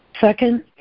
Second